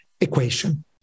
equation